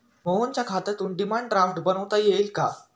मोहनच्या खात्यातून demand draft बनवता येईल का?